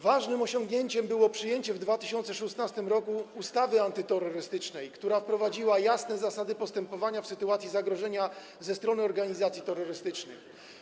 Ważnym osiągnięciem było przyjęcie w 2016 r. ustawy antyterrorystycznej, która wprowadziła jasne zasady postępowania w sytuacji zagrożenia ze strony organizacji terrorystycznych.